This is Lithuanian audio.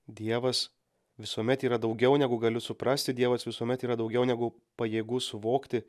dievas visuomet yra daugiau negu galiu suprasti dievas visuomet yra daugiau negu pajėgus suvokti